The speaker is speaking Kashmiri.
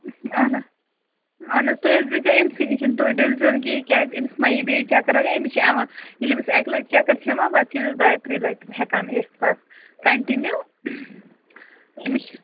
اَہنہٕ اَہن حظ تُہۍ حظ بیٚہزیٚو أمۍسٕے نِش تُہۍ ڈٔلۍزیٚو نہٕ کِہینٛۍ کیٛاز أمِس ما یِیہِ بیٚیہِ چَکَر وکر أمِس چھ یِوان ییٚلہِ أمِس اَکہِ لَٹہِ چَکَر چھِ یِوان پَتہٕ چھِ أمِس دۄیہِ ترٛییہِ لَٹہِ ہٮ۪کان اِتھ پَتہٕ کَنٹِنیو أمِس چھِ